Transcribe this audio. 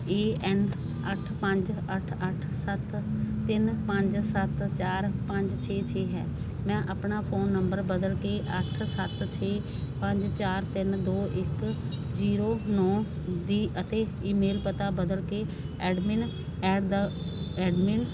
ਏ N ਅੱਠ ਪੰਜ ਅੱਠ ਅੱਠ ਸੱਤ ਤਿੰਨ ਪੰਜ ਸੱਤ ਚਾਰ ਪੰਜ ਛੇ ਛੇ ਹੈ ਮੈਂ ਆਪਣਾ ਫੋਨ ਨੰਬਰ ਬਦਲ ਕੇ ਅੱਠ ਸੱਤ ਛੇ ਪੰਜ ਚਾਰ ਤਿੰਨ ਦੋ ਇੱਕ ਜੀਰੋ ਨੌਂ ਦੀ ਅਤੇ ਈਮੇਲ ਪਤਾ ਬਦਲ ਕੇ ਐਡਮਿਨ ਐਟ ਦਾ ਐਡਮਿਨ